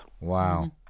Wow